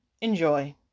enjoy